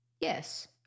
Yes